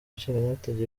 nshingamateka